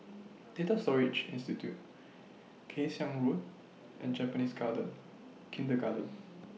Data Storage Institute Kay Siang Road and Japanese Garden Kindergarten